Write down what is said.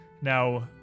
Now